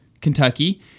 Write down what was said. Kentucky